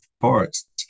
parts